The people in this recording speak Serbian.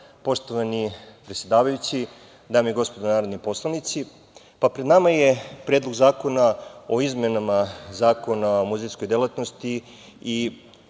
poštovani predsedavajući, dame i gospodo narodni poslanici, pred nama je Predlog zakona o izmenama Zakona o muzejskoj delatnosti i